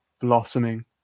blossoming